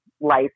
life